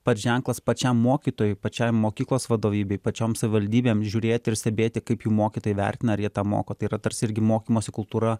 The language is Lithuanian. pats ženklas pačiam mokytojui pačiai mokyklos vadovybei pačiom savivaldybėm žiūrėti ir stebėti kaip jų mokytojai vertina ar jie tą moko tai yra tarsi irgi mokymosi kultūra